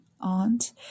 aunt